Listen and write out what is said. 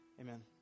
Amen